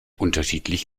unterschiedlich